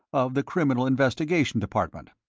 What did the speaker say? of the criminal investigation department.